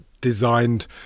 designed